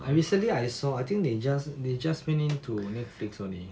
yesterday I saw I think they just they just bring in to Netflix only